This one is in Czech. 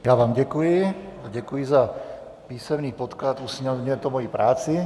Já vám děkuji, a děkuji za písemný podklad, usnadňuje to moji práci.